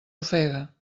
ofega